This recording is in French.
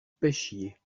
pêchiez